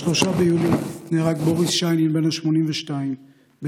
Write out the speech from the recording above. ב-3 ביולי נהרג בוריס שיינין בן ה-82 בתאונת